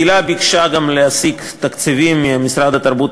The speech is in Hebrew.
הקהילה ביקשה גם להשיג תקציבים ממשרד התרבות